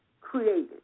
created